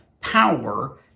power